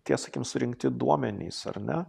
tie sakykim surinkti duomenys ar ne